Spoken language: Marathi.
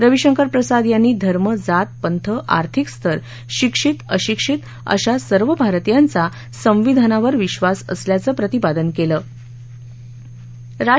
रविशंकर प्रसाद यांनी धर्म जात पंथआर्थिक स्तर शिक्षित अशिक्षित अशा सर्व भारतीयांचा संविधानावर विश्वास असल्याचं प्रतिपादन रविशंकर प्रसाद यांनी केलं